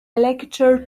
lecture